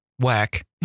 whack